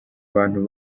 bantu